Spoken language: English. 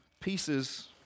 Pieces